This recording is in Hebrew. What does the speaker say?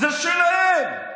זה שלהם.